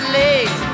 late